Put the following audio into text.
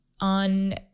on